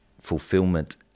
fulfillment